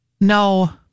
No